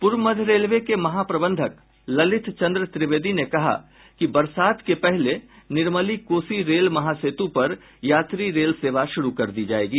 पूर्व मध्य रेलवे के महा प्रबंधक ललित चंद्र त्रिवेदी ने कहा कि बरसात से पहले निर्मली कोसी रेल महासेतु पर यात्री रेल सेवा शुरू कर दी जायेगी